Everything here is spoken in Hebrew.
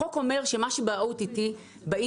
החוק אומר שמה שב-OTT באינטרנט,